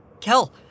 Kel